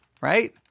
right